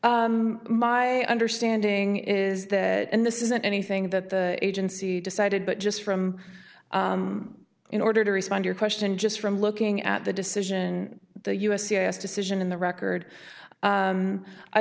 my understanding is that and this isn't anything that the agency decided but just from in order to respond your question just from looking at the decision the u s c s decision in the record